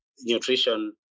nutrition